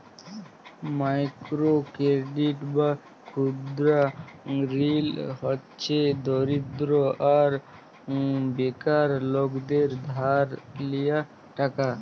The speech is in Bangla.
মাইকোরো কেরডিট বা ক্ষুদা ঋল হছে দরিদ্র আর বেকার লকদের ধার লিয়া টাকা